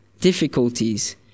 difficulties